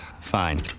Fine